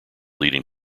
leading